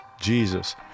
Jesus